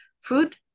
food